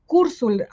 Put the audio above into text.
cursul